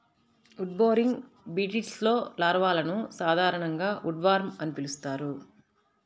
wood boring బీటిల్స్లో లార్వాలను సాధారణంగా ఉడ్వార్మ్ అని పిలుస్తారు